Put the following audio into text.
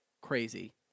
crazy